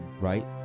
Right